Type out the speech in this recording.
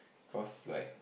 because like